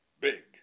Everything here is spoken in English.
big